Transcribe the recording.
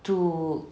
to